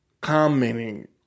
commenting